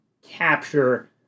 capture